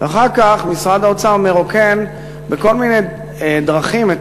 ואחר כך משרד האוצר מרוקן בכל מיני דרכים את